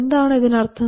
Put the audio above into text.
എന്താണ് ഇതിനർത്ഥം